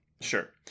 Sure